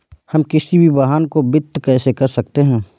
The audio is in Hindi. हम किसी भी वाहन को वित्त कैसे कर सकते हैं?